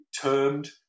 termed